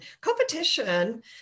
competition